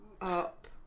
up